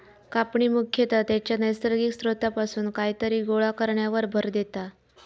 कापणी मुख्यतः त्याच्या नैसर्गिक स्त्रोतापासून कायतरी गोळा करण्यावर भर देता